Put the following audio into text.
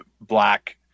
Black